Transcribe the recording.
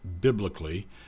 biblically